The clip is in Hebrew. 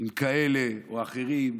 עם כאלה או אחרים,